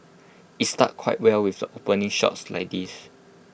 IT started quite well with opening shots like these